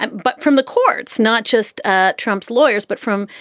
and but from the courts, not just ah trump's lawyers, but from,